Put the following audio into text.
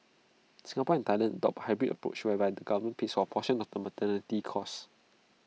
Singapore and Thailand adopt A hybrid approach show where the government pays A portion of costs